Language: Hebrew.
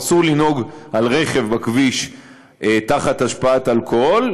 אסור לנהוג על רכב בכביש תחת השפעת אלכוהול,